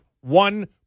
one